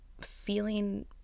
feeling